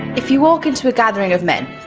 if you walk into a gathering of men,